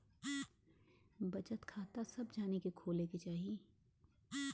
बचत खाता सभ जानी के खोले के चाही